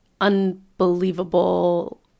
unbelievable